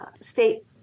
State